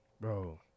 bro